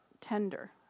tender